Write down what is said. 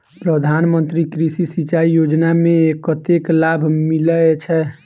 प्रधान मंत्री कृषि सिंचाई योजना मे कतेक लाभ मिलय छै?